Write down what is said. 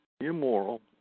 immoral